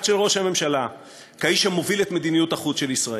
של ראש הממשלה כאיש המוביל את מדיניות החוץ של ישראל.